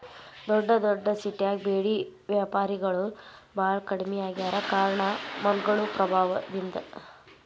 ದೊಡ್ಡದೊಡ್ಡ ಸಿಟ್ಯಾಗ ಬೇಡಿ ವ್ಯಾಪಾರಿಗಳು ಬಾಳ ಕಡ್ಮಿ ಆಗ್ಯಾರ ಕಾರಣ ಮಾಲ್ಗಳು ಪ್ರಭಾವದಿಂದ